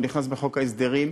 הוא נכנס לחוק ההסדרים,